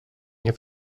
nie